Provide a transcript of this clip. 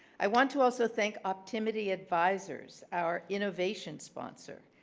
i want to also thank optimity advisers, our innovation sponsor,